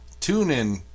TuneIn